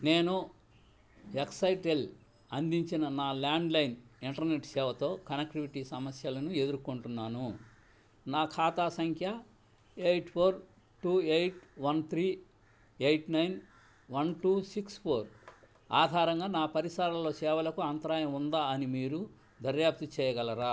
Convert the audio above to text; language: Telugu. నేను ఎక్స్ఐటెల్ అందించిన నా ల్యాండ్లైన్ ఇంటర్నెట్ సేవతో కనెక్టివిటీ సమస్యలను ఎదుర్కొంటున్నాను నా ఖాతా సంఖ్య eight four two eight one three eight nine one two six four ఆధారంగా నా పరిసరాల్లో సేవలకు అంతరాయం ఉందా అని మీరు దర్యాప్తు చేయగలరా